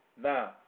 now